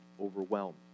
overwhelmed